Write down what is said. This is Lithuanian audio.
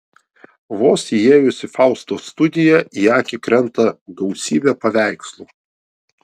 vos įėjus į faustos studiją į akį krenta gausybė paveikslų